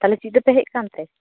ᱛᱟᱞᱦᱮ ᱪᱤᱠᱟᱹᱛᱮ ᱦᱮᱡ ᱠᱟᱱᱛᱮ